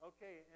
Okay